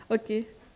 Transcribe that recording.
okay